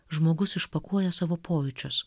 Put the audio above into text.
žmogus išpakuoja savo pojūčius